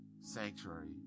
sanctuary